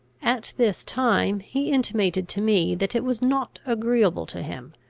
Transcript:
at this time he intimated to me that it was not agreeable to him,